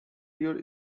your